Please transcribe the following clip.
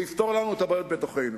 ויפתור לנו את הבעיות בתוכנו.